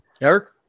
Eric